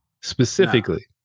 specifically